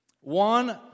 One